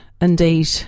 Indeed